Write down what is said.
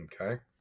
Okay